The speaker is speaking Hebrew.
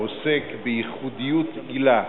העוסק בייחודיות עילה,